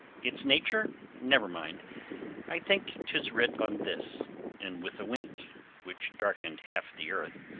its nature? never mind i think tis writ on this and with a wink which darkened half the earth,